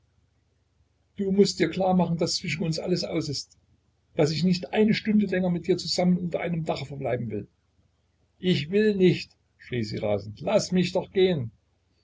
du mußt dir klar machen daß zwischen uns alles aus ist daß ich nicht eine stunde länger mit dir zusammen unter einem dache verbleiben will ich will nicht schrie sie rasend laß mich doch gehen